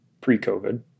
pre-COVID